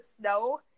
snow-